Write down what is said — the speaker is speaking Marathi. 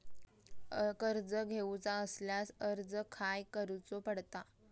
कर्ज घेऊचा असल्यास अर्ज खाय करूचो पडता?